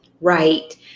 Right